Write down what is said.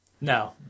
No